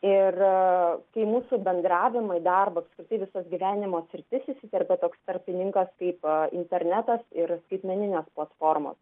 ir kai į mūsų bendravimą į darbus visas gyvenimo sritis įsiterpia toks tarpininkas taip pat internetas ir skaitmeninės platformos